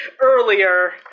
earlier